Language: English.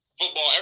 football